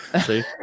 See